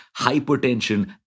hypertension